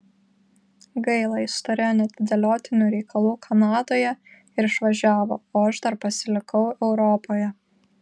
gaila jis turėjo neatidėliotinų reikalų kanadoje ir išvažiavo o aš dar pasilikau europoje